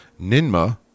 Ninma